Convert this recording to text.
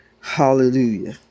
hallelujah